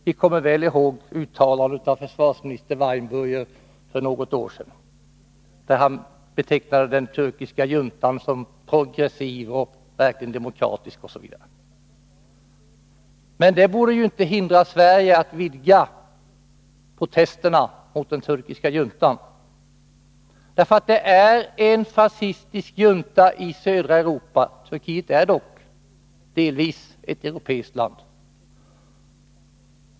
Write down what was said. Vi kommer väl ihåg försvarsminister Weinburgers uttalande för något år sedan, där han betecknar den turkiska juntan som progressiv och verkligen demokratisk osv. Men detta borde inte hindra Sverige att vidga protesterna mot den turkiska juntan, för det är en fascistisk junta i södra Europa — Turkiet är dock delvis ett europeiskt land.